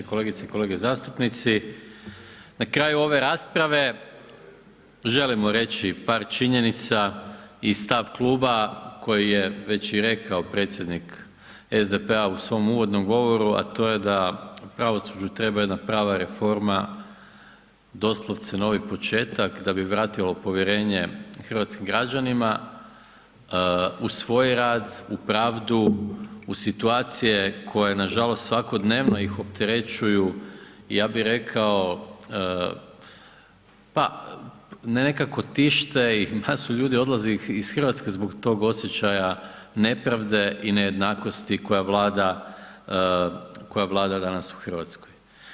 Kolegice i kolege zastupnici, na kraju ove rasprave želimo reći par činjenica i stav kluba koji je već i rekao predsjednik SDP-a u svom uvodnom govoru, a to je da u pravosuđu treba jedna prava reforma, doslovce novi početak da bi vratilo povjerenje hrvatskim građanima u svoj rad, u pravu, u situacije koje nažalost svakodnevno ih opterećuju, ja bi rekao pa nekako tište i masu ljudi odlazi iz Hrvatske zbog tog osjećaja nepravde i nejednakosti koja vlada, koja vlada danas u Hrvatskoj.